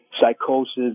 psychosis